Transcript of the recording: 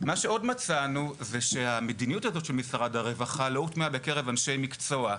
מה שעוד מצאנו זה שהמדיניות של משרד הרווחה לא הוטמעה בקרב אנשי מקצוע,